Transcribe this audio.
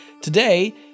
Today